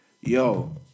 Yo